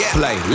play